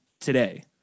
today